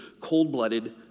cold-blooded